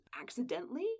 accidentally